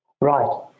Right